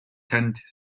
танд